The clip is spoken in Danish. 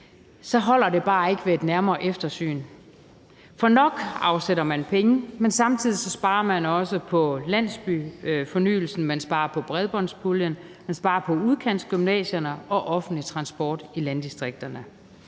så holder det bare ikke ved et nærmere eftersyn. For nok afsætter man penge, men samtidig sparer man også på landsbyfornyelsen. Man sparer på bredbåndspuljen, og man sparer på udkantsgymnasierne og offentlig transport i landdistrikterne.